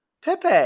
Pepe